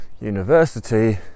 university